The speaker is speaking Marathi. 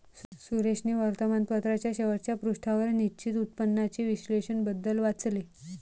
सुरेशने वर्तमानपत्राच्या शेवटच्या पृष्ठावर निश्चित उत्पन्नाचे विश्लेषण बद्दल वाचले